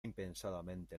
impensadamente